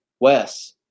Wes